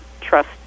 trust